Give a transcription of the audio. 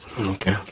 Okay